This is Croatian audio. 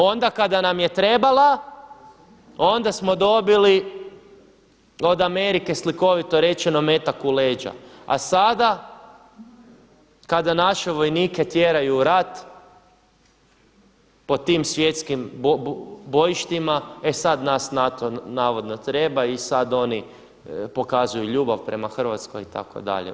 Onda kada nam je trebala, onda smo dobili od Amerike slikovito rečemo metak u leđa, a sada kada naše vojnike tjeraju u rat po tim svjetskim bojištima e sad nas NATO navodno treba i sad oni pokazuju ljubav prema Hrvatskoj itd.